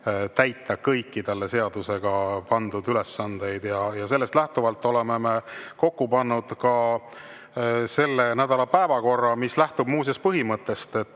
täita kõiki talle seadusega pandud ülesandeid. Sellest lähtuvalt oleme kokku pannud ka selle nädala päevakorra, mis lähtub muuseas põhimõttest, et